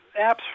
apps